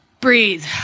Breathe